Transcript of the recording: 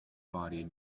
body